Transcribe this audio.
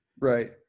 Right